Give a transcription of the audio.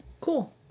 Cool